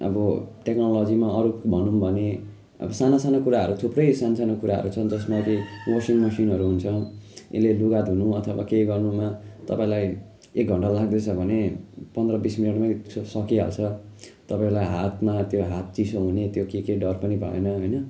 अब टेक्नोलोजीमा अरू भनौँ भने सानो सानो कुराहरू थुप्रै सानो सानो कुराहरू छ जसमा कि वासिङ मेसिनहरू हुन्छ यसले लुगा धुनु अथवा के गर्नुमा तपाईँलाई एक घण्टा लाग्दैछ भने पन्ध्र बिस मिनटमै स सकिहाल्छ तपाईँलाई हातमा त्यो हात चिसो हुने त्यो के के डर पनि भएन होइन